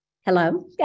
Hello